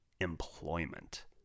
Employment